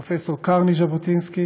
פרופ' קרני ז'בוטינסקי,